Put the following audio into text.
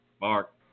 Mark